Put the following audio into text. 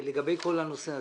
לגבי כל הנושא הזה.